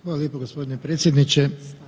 Hvala lijepo gospodine predsjedniče.